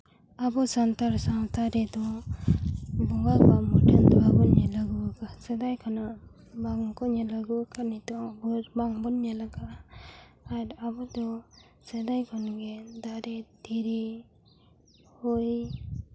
ᱟᱵᱚ ᱥᱟᱱᱛᱟᱲ ᱥᱟᱶᱛᱟ ᱨᱮᱫᱚ ᱵᱚᱸᱜᱟ ᱠᱚᱣᱟᱜ ᱢᱩᱴᱷᱟᱹᱱ ᱫᱚ ᱵᱟᱵᱚᱱ ᱧᱮᱞ ᱟᱹᱜᱩ ᱠᱟᱫᱟ ᱥᱮᱫᱟᱭ ᱠᱷᱚᱱᱟᱜ ᱵᱟᱝᱠᱚ ᱧᱮᱞ ᱟᱹᱜᱩ ᱠᱟᱫᱟ ᱱᱤᱛᱚᱜ ᱵᱷᱳᱨ ᱵᱟᱝᱵᱚᱱ ᱧᱮᱞ ᱠᱟᱜᱼᱟ ᱟᱨ ᱟᱵᱚ ᱫᱚ ᱥᱮᱫᱟᱭ ᱠᱷᱚᱱ ᱜᱮ ᱫᱟᱨᱮ ᱫᱷᱤᱨᱤ ᱦᱚᱭ